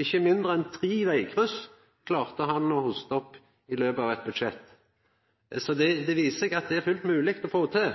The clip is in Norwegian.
Ikkje mindre enn tre vegkryss klarte han å hosta opp i løpet av eitt budsjett. Så det viser seg at det er fullt mogleg å få til!